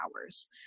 hours